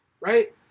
right